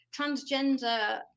transgender